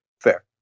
Fair